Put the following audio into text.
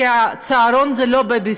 כי צהרון זה לא בייביסיטר.